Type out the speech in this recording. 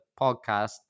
podcast